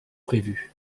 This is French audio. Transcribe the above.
prévu